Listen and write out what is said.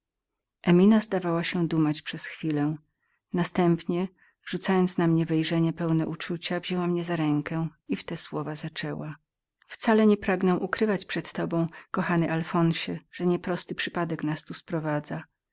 emina zdawała się dumać przez chwilę następnie rzucając na mnie wejrzenie pełne uczucia wzięła mnie za rękę i w te słowa zaczęła wcale nie pragnę ukrywać przed tobą kochany alfonsie że nie prosty przypadek nas tu sprowadza